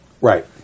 Right